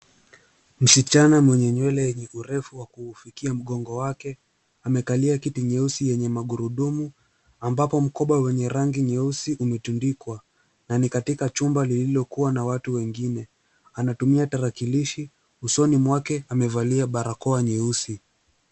Msichana mwenye nywele yenye urefu wa kuufikia mgongo wake. Amekalia kiti nyeusi yenye magurudumu ambapo mkoba wenye rangi nyeusi umetundikwa na ni katika chumba lililokuwa na watu wengine. Anatumia tarakilishi, usoni mwake amevalia barakoa nyeusi.